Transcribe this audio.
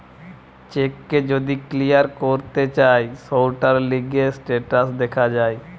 check কে যদি clear করতে চায় সৌটার লিগে স্টেটাস দেখা যায়